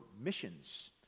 missions